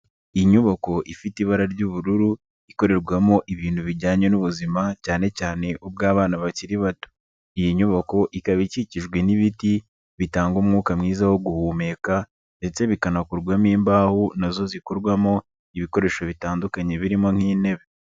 Inyubako ifite ibara ry'ubururu ikorerwamo ibintu bijyanye n'ubuzima cyane cyane ubw'abana bakiri bato, iyi nyubako ikaba ikikijwe n'ibiti bitanga umwuka mwiza wo guhumeka ndetse bikanakorwarwamo imbaho nazo zikorwamo ibikoresho bitandukanye birimo nk'intebe.